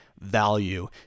value